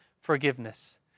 forgiveness